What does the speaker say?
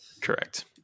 Correct